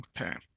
Okay